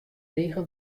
rige